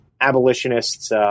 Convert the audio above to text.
abolitionists